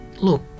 look